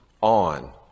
on